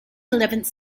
eleventh